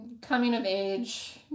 coming-of-age